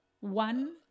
one